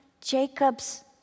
Jacob's